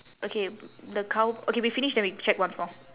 okay the cow~ okay we finish then we check once more